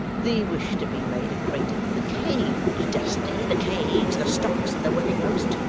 thee wish to be made acquainted with the cage, dost thee the cage, the stocks, and the whipping-post?